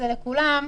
זה לכולם.